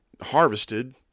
harvested